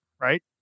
right